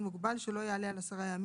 הקופה באופן רגיל ולא לבתי מרקחת שהם